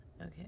Okay